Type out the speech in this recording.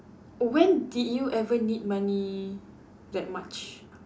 when did you ever need money that much